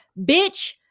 bitch